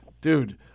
dude